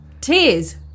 tears